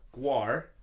Guar